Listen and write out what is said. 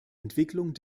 entwicklung